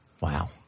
Wow